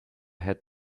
had